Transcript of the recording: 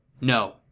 No